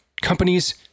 companies